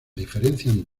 diferencian